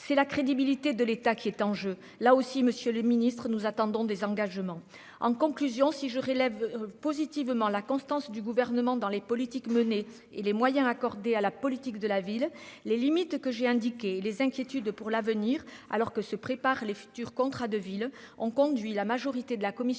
c'est la crédibilité de l'État qui est en jeu, là aussi, Monsieur le Ministre, nous attendons des engagements en conclusion si je relève positivement la constance du gouvernement dans les politiques menées et les moyens accordés à la politique de la ville, les limites que j'ai indiqué les inquiétudes pour l'avenir, alors que se préparent les futurs contrats de ville ont conduit la majorité de la commission